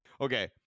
Okay